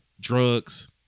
drugs